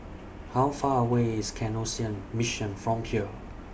How Far away IS Canossian Mission from here